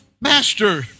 Master